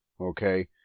Okay